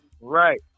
Right